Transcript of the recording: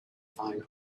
fine